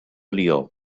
lió